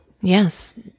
Yes